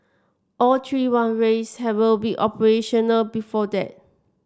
all three runways have all be operational before that